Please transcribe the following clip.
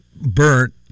burnt